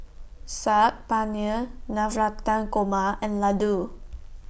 Saag Paneer Navratan Korma and Ladoo